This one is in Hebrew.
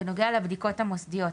בנוגע לבדיקות המוסדיות,